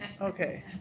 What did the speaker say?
Okay